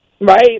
Right